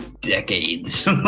decades